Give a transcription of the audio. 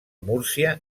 múrcia